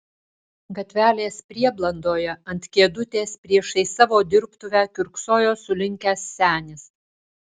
gatvelės prieblandoje ant kėdutės priešais savo dirbtuvę kiurksojo sulinkęs senis